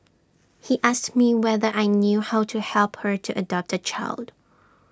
he asked me whether I knew how to help her to adopt A child